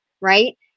right